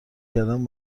کردن